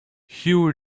hue